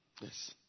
Yes